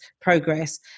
progress